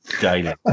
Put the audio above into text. daily